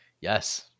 Yes